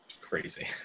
crazy